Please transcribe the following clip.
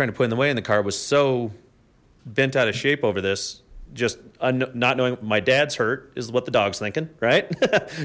trying to put in the way in the car was so bent out of shape over this just not knowing my dad's hurt is what the dogs thinkin right